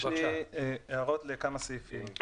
יש לי הערות לכמה סעיפים.